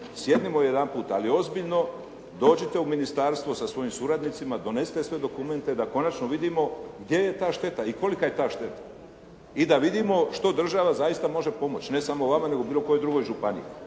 sjednimo jedanput ali ozbiljno dođite u ministarstvo sa svojim suradnicima, donesite sve dokumente da konačno vidimo gdje je ta šteta i kolika je ta šteta i da vidimo što država zaista može pomoći ne samo vama nego bilo kojoj drugoj županiji.